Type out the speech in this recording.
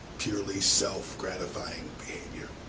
purely self gratifying behavior.